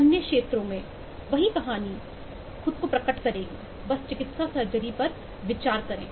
वही कहानी अन्य क्षेत्रों में खुद को प्रकट करेगी बस चिकित्सा सर्जरी पर विचार करें